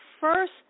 first